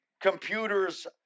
computers